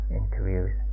interviews